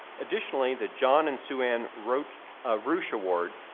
additionally, the john and suanne roueche ah roueche award,